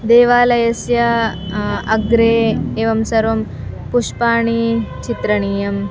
देवालयस्य अग्रे एव एवं सर्वाणि पुष्पाणि चित्रणीयानि